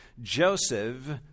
Joseph